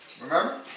Remember